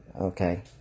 Okay